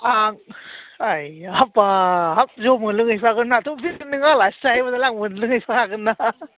आं आया हाबाब हाब जौ मोनलोंहैगोनाथ' बे नोङो आलासि जाहैबाय नालाय आं मोनलोंहैफाखागोनना